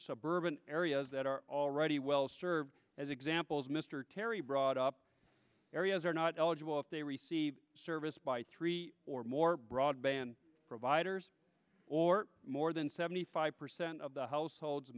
suburban areas that are already well served as examples mr terry brought up areas are not eligible if they receive service by three or more broadband providers or more than seventy five percent of the households